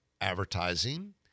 advertising